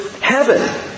heaven